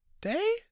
day